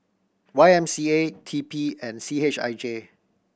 Y M C A T P and C H I J